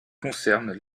concernent